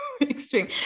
extreme